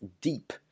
deep